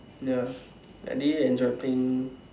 ya I really enjoyed playing